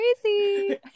crazy